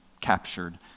captured